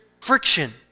friction